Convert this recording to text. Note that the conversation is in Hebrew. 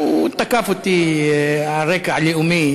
הוא תקף אותי על רקע לאומי,